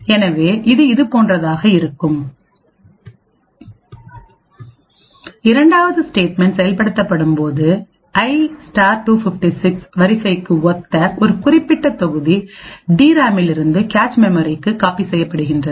எனவே இது இதுபோன்றதாக இருக்கும் இரண்டாவது ஸ்டேட்மென்ட் செயல்படுத்தப்படும்போது i 256 வரிசைக்கு ஒத்த ஒரு குறிப்பிட்ட தொகுதி டிராமிலிருந்து கேச் மெமரிக்கு காப்பி செய்யப்படுகின்றது